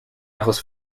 ajos